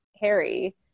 Harry